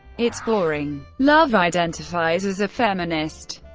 it's boring. love identifies as a feminist.